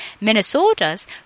Minnesota's